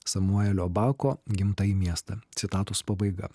samuelio bako gimtąjį miestą citatos pabaiga